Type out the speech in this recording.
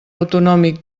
autonòmic